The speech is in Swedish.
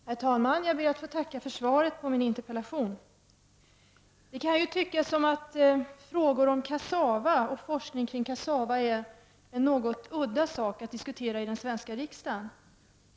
Herr talman! Jag ber att få tacka för svaret på min interpellation. Det kan ju tyckas att frågor och forskning kring kassava är en något udda sak att diskutera i den svenska riksdagen.